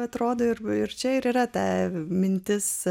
atrodo ir ir čia yra ta mintis